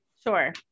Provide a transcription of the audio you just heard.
Sure